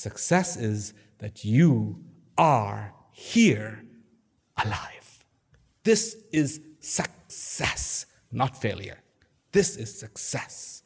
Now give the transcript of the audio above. success is that you are here this is not failure this is success